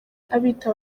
abita